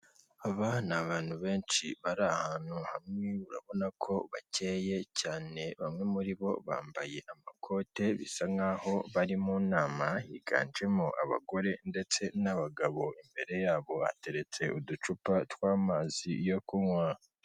Aba ni abantu benshi bari ahantu hamwe urabona ko bakeye cyane, bamwe muri bo bambaye amakote bisa nk'aho bari mu nama, higanjemo abagore ndetse n'abagabo, imbere yabo hateretse uducupa tw'amazi yo kunywa.